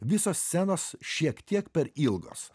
visos scenos šiek tiek per ilgos